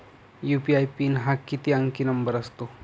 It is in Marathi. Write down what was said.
यू.पी.आय पिन हा किती अंकी नंबर असतो?